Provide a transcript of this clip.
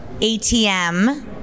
ATM